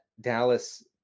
Dallas